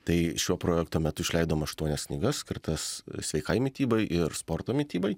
tai šio projekto metu išleidom aštuonias knygas skirtas sveikai mitybai ir sporto mitybai